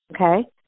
okay